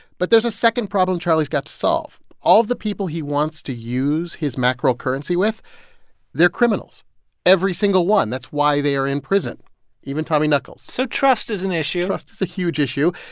but there's a second problem charlie's got to solve. all of the people he wants to use his mackerel currency with they're criminals every single one. that's why they are in prison even tommy knuckles so trust is an issue trust is a huge issue.